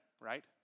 right